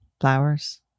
flowers